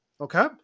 okay